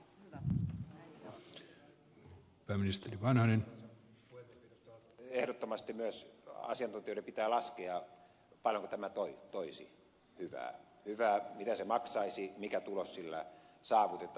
minusta ehdottomasti myös asiantuntijoiden pitää laskea paljonko tämä toisi hyvää mitä se maksaisi mikä tulos sillä saavutetaan